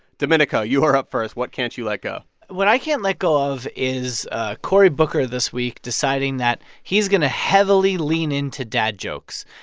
domenico, you are up first. what can't you let go? what i can't let go of is ah cory booker this week deciding that he's going to heavily lean into dad jokes.